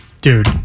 dude